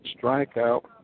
strikeout